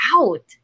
out